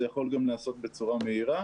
זה יכול גם להיעשות בצורה מהירה,